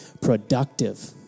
productive